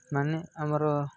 ମାନେ ଆମର